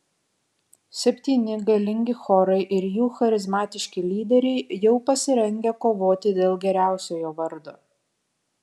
septyni galingi chorai ir jų charizmatiški lyderiai jau pasirengę kovoti dėl geriausiojo vardo